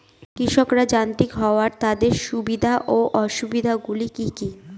কৃষকরা যান্ত্রিক হওয়ার তাদের সুবিধা ও অসুবিধা গুলি কি কি?